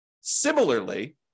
Similarly